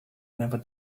never